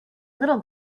little